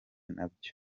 nabyo